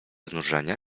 znużenia